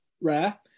rare